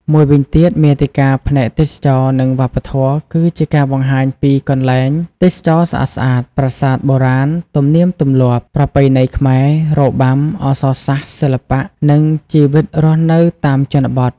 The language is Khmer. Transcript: មួយវិញទៀត មាតិកាផ្នែកទេសចរណ៍ និងវប្បធម៌ គឺជាការបង្ហាញពីកន្លែងទេសចរណ៍ស្អាតៗ ប្រាសាទបុរាណ ទំនៀមទម្លាប់ ប្រពៃណីខ្មែរ របាំ អក្សរសាស្ត្រ សិល្បៈ និងជីវិតរស់នៅតាមជនបទ។